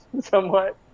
somewhat